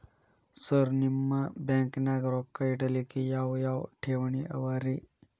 Sir ನಿಮ್ಮ ಬ್ಯಾಂಕನಾಗ ರೊಕ್ಕ ಇಡಲಿಕ್ಕೆ ಯಾವ್ ಯಾವ್ ಠೇವಣಿ ಅವ ರಿ?